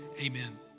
amen